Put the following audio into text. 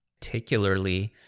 particularly